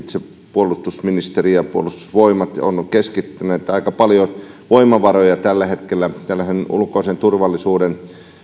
puolustusministeri ja puolustusvoimat ovat keskittäneet aika paljon voimavaroja tällä hetkellä ulkoisen turvallisuuden